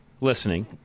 listening